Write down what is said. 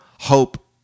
hope